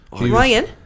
Ryan